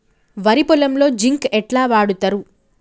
వరి పొలంలో జింక్ ఎట్లా వాడుతరు?